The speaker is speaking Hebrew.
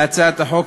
להצעת החוק,